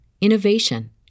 innovation